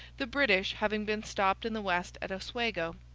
the british, having been stopped in the west at oswego,